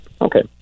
Okay